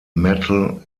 metal